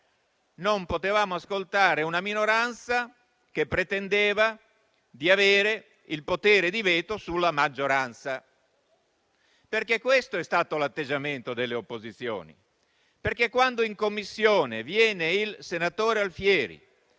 Non potevamo ascoltare una minoranza che pretendeva di avere il potere di veto sulla maggioranza. Questo è stato l'atteggiamento delle opposizioni. Quando in Commissione viene il senatore Alfieri,